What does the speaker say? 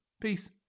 peace